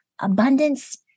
abundance